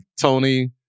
Tony